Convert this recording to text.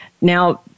Now